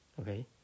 Okay